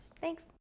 thanks